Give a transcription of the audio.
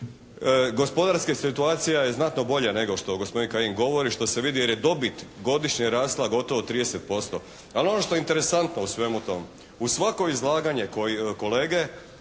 Gospodarska situacija je znatno bolja nego što gospodin Kajin govori, što se vidi jer je dobit godišnje rasla gotovo 30%. Ali ono što je interesantno u svemu tome. U svakom izlaganju kolege